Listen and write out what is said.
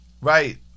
right